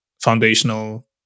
foundational